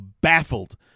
baffled